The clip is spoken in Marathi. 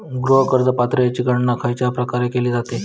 गृह कर्ज पात्रतेची गणना खयच्या प्रकारे केली जाते?